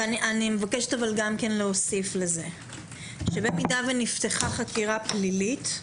ואני מבקשת להוסיף, שאם נפתחה חקירה פלילית,